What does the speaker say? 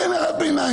כן, הערת ביניים.